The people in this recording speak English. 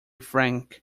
frank